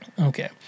Okay